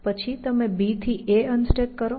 પછી તમે B થી A અનસ્ટેક કરો